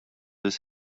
his